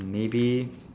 maybe